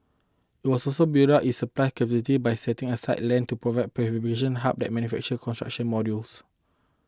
it will also so build up its supply capabilities by setting aside land to build prefabrication hubs that manufacture construction modules